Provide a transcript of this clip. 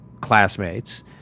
classmates